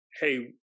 hey